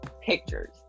pictures